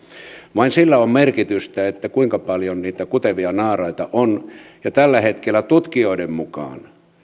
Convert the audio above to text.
vain sillä on merkitystä kuinka paljon niitä kutevia naaraita on ja tällä hetkellä tutkijoiden mukaan